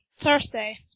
Thursday